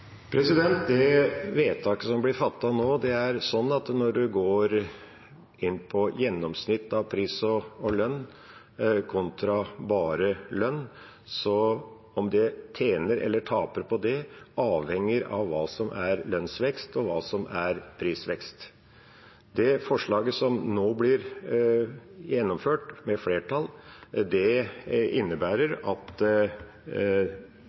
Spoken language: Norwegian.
Det vedtaket som blir fattet nå, når en går inn på gjennomsnitt av pris og lønn kontra bare lønn, er slik at om en tjener eller taper på det, avhenger av hva som er lønnsvekst, og hva som er prisvekst. Det forslaget som nå blir gjennomført, med flertall, innebærer at pensjonister vil tjene dersom det